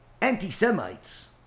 anti-semites